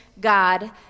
God